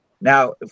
Now